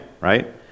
right